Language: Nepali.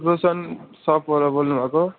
रोशन सपबाट बोल्नु भएको